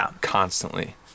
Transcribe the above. constantly